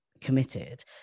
committed